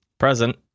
present